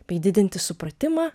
bei didinti supratimą